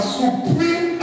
supreme